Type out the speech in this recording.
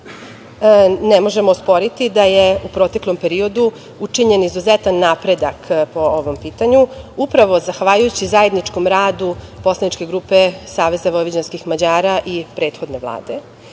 možemo osporiti da je u proteklom periodu učinjen izuzetan napredak po ovom pitanju upravo zahvaljujući zajedničkom radu poslaničke grupe SVM i prethodne Vlade.